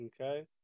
Okay